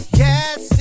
yes